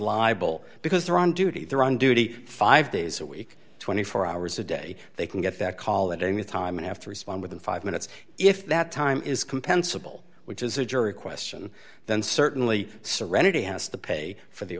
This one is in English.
liable because they're on duty they're on duty five days a week twenty four hours a day they can get that call it during the time and have to respond within five minutes if that time is compensable which is a jury question then certainly serenity has to pay for the